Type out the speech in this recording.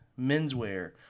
menswear